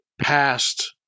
past